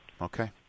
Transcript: Okay